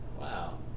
Wow